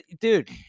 Dude